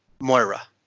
Moira